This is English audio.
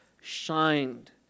shined